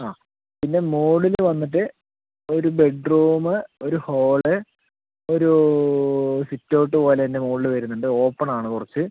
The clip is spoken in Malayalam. ആ പിന്നെ മുകളിൽ വന്നിട്ട് ഒര് ബെഡ്റൂമ് ഒര് ഹോള് ഒരു സിറ്റ് ഔട്ട് പോലെ തന്നെ മുകളിൽ വരുന്നുണ്ട് ഓപ്പൺ ആണ് കുറച്ച്